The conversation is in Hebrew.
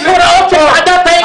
יש הוראות של ועדת האתיקה.